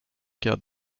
cas